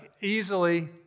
easily